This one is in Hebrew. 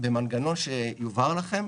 במנגנון שיובהר לכם